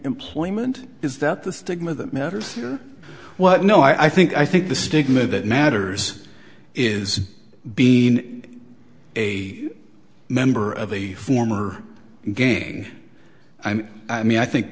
employment is that the stigma that matters well no i think i think the stigma that matters is bein a member of a former gaming i mean i think